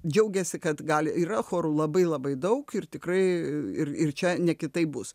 džiaugėsi kad gali yra choru labai labai daug ir tikrai ir ir čia ne kitaip bus